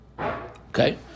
Okay